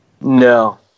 No